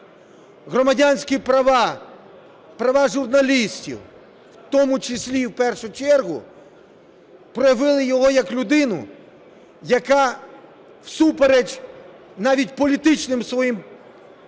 громадянські права, права журналістів в тому числі і в першу чергу проявили його як людину, яка всупереч навіть політичним своїм